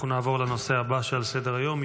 אנחנו נעבור לנושא הבא שעל סדר-היום,